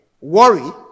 Worry